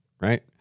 right